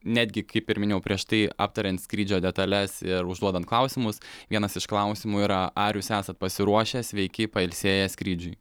netgi kaip ir minėjau prieš tai aptariant skrydžio detales ir užduodant klausimus vienas iš klausimų yra ar jūs esat pasiruošę sveiki pailsėję skrydžiui